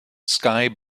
sky